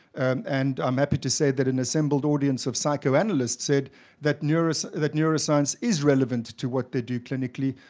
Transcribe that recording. and i'm happy to say that an assembled audience of psychoanalysts said that neuroscience that neuroscience is relevant to what they do clinically,